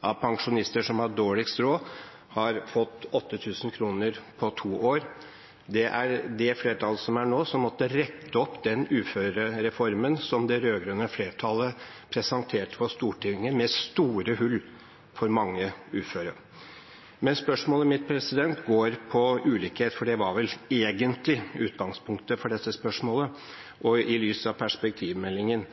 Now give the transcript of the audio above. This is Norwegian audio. av pensjonister som har dårligst råd, har fått 8 000 kr på to år. Det er det flertallet som er nå, som måtte rette opp den uførereformen som det rød-grønne flertallet presenterte for Stortinget, med store hull for mange uføre. Spørsmålet mitt gjelder ulikhet – for det var vel egentlig utgangspunktet for dette spørsmålet – og i lys av perspektivmelingen: